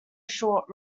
short